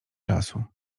czasu